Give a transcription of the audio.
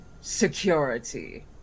security